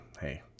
hey